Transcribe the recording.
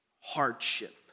hardship